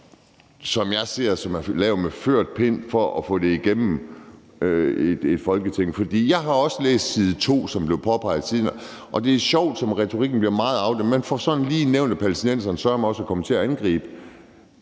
som jeg ser det, er lavet med ført pen for at få det igennem Folketinget. Jeg har også læst side 2, som blev påpeget tidligere, og det er sjovt, som retorikken bliver meget afdæmpet. Man får sådan lige nævnt, at palæstinenserne søreme også er kommet til at angribe.